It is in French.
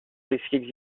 risque